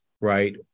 right